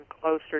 closer